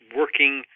working